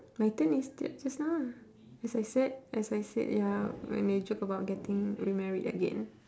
my turn is that just now ah as I said as I said ya when they joke about getting remarried again